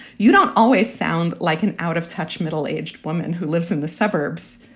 you don't always sound like an out of touch, middle aged woman who lives in the suburbs.